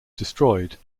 destroyed